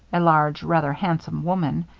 a large, rather handsome woman,